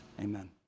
amen